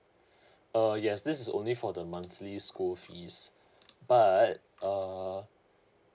uh yes this is only for the monthly school fees but uh